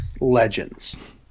legends